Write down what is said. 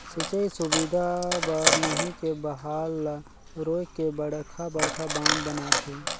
सिंचई सुबिधा बर नही के बहाल ल रोयक के बड़खा बड़खा बांध बनाथे